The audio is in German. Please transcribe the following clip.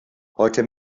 heute